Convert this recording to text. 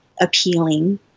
appealing